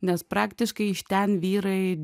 nes praktiškai iš ten vyrai